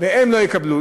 הם לא יקבלו.